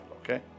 okay